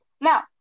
Now